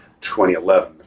2011